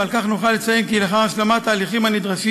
ועל כך נוכל לציין כי לאחר השלמת ההליכים הנדרשים